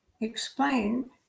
explain